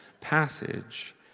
passage